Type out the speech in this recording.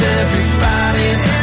everybody's